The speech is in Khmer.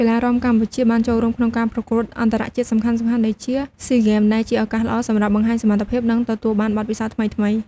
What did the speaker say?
កីឡារាំកម្ពុជាបានចូលរួមក្នុងការប្រកួតអន្តរជាតិសំខាន់ៗ ដូចជា សុីហ្គេម ដែលជាឱកាសល្អសម្រាប់បង្ហាញសមត្ថភាព និងទទួលបានបទពិសោធន៍ថ្មីៗ។